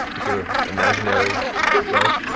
with your imaginary brush.